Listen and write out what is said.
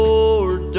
Lord